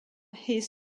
his